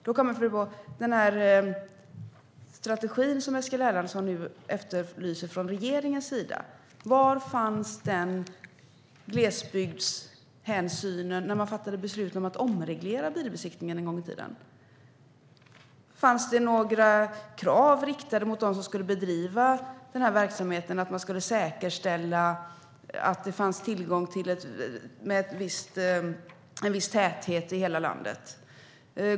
Eskil Erlandsson efterlyser nu en strategi från regeringens sida. Var fanns den glesbygdshänsynen när man fattade beslut om att omreglera bilbesiktningen? Fanns det några krav mot dem som skulle bedriva den här verksamheten att det fanns tillgång till bilbesiktning med en viss täthet i hela landet?